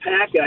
Pack